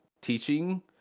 teaching